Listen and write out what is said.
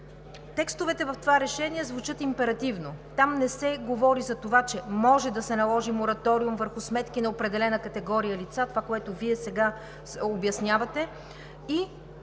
Текстовете в това решение звучат императивно. Там не се говори за това, че може да се наложи мораториум върху сметки на определена категория лица – това, което Вие сега обяснявате.